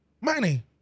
money